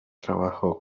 trabajó